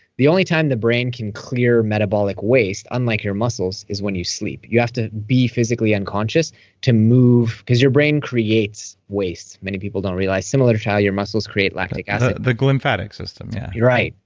the only time the brain can clear metabolic waste, unlike your muscles, is when you sleep. you have to be physically unconscious to move because your brain creates waste. many people don't realize, similar to how your muscles create lactic acid the glymphatic system. yeah right.